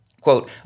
quote